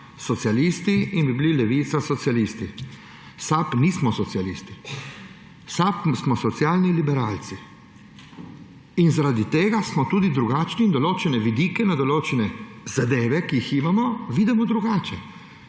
socialisti in bi bili Levica socialisti. SAB nismo socialisti, SAB smo socialni liberalci in zaradi tega smo tudi drugačni in določene vidike, na določene zadeve, ki jih imamo, vidimo drugačne.